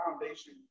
foundation